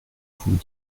vous